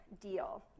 deal